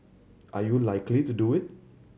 are you likely to do it